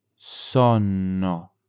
Sonno